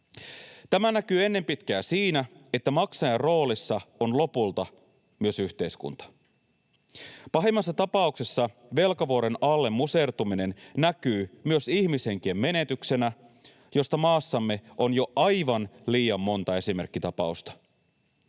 Tämä näkyy ennen pitkää siinä, että maksajan roolissa on lopulta myös yhteiskunta. Pahimmassa tapauksessa velkavuoren alle musertuminen näkyy myös ihmishenkien menetyksenä, josta maassamme on jo aivan liian monta esimerkkitapausta.